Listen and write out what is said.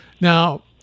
Now